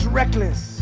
reckless